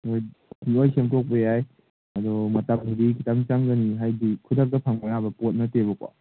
ꯂꯣꯏ ꯁꯦꯝꯗꯣꯛꯄ ꯌꯥꯏ ꯑꯗꯣ ꯃꯇꯝꯕꯨꯗꯤ ꯈꯤꯇꯪ ꯆꯪꯒꯅꯤ ꯍꯥꯏꯗꯤ ꯈꯨꯗꯛꯇ ꯐꯪꯕ ꯌꯥꯕ ꯄꯣꯠ ꯅꯠꯇꯦꯕꯀꯣ